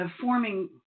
forming